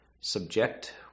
subject